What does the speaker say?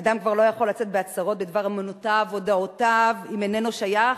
אדם כבר לא יכול לצאת בהצהרות בדבר אמונותיו או דעותיו אם איננו שייך,